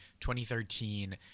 2013